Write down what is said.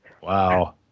Wow